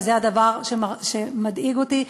וזה הדבר שמדאיג אותי,